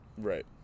Right